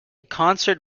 concert